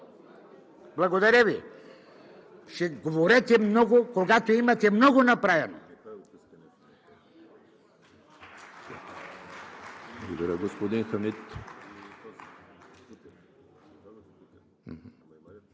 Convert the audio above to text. Благодаря Ви. Говорете много, когато имате много направено.